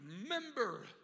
remember